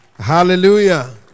Hallelujah